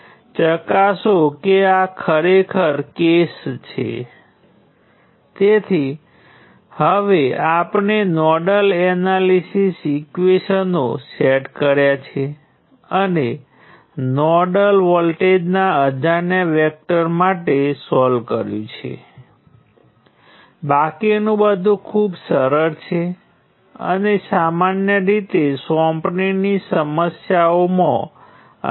હવે તમે જોશો કે ઘણી રીતે તે રેઝિસ્ટરની જેમ જ છે જો કે બે નોડ જેની વચ્ચે નિયંત્રિત સ્ત્રોત જોડાયેલ હોય ત્યાં તે કિસ્સામાં સમીકરણોમાં નિયંત્રણ સ્ત્રોતને અનુરૂપ પદો હોય છે પરંતુ મહત્વનો ફેરફાર એ છે કે સામાન્ય રીતે આ એન્ટ્રીઓ હવે મેટ્રિક્સનાં કર્ણને સપ્રમાણ નથી